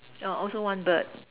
orh also one bird